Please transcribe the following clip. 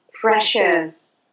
precious